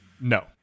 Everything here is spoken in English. No